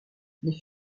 les